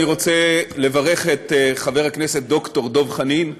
אני רוצה לברך את חבר הכנסת ד"ר דב חנין,